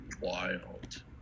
wild